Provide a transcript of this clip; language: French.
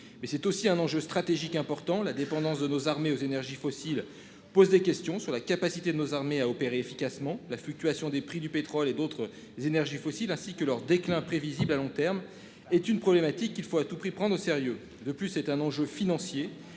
Mais c'est aussi un enjeu stratégique important la dépendance de nos armées aux énergies fossiles, pose des questions sur la capacité de nos armées à opérer efficacement la fluctuation des prix du pétrole et d'autres les énergies fossiles, ainsi que leur déclin prévisible à long terme est une problématique. Il faut à tout prix prendre au sérieux. De plus, c'est un enjeu financier